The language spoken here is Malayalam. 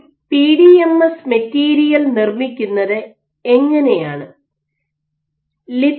ഒരു പിഡിഎംഎസ് മെറ്റീരിയൽ നിർമ്മിക്കുന്നത് എങ്ങനെ ആണ്